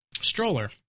stroller